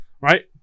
right